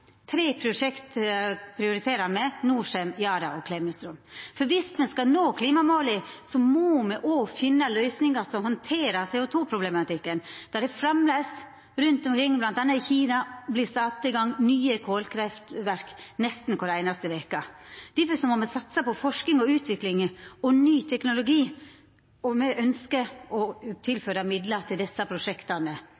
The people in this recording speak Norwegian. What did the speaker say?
Tre prosjekt prioriterer me, Norcem, Yara og Klemetsrud. For viss me skal nå klimamåla, må me òg finna løysingar som handterer CO 2 -problematikken, når det framleis rundt omkring, m.a. i Kina, vert sett i gang nye kolkraftverk nesten kvar einaste veke. Difor må me satsa på forsking, utvikling og ny teknologi. Me ønskjer å tilføra midlar til